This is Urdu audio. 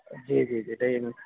جی جی جی ڈریے نہیں